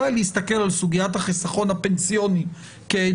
די להסתכל על סוגיית החיסכון הפנסיוני כדוגמה.